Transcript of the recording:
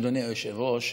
אדוני היושב-ראש,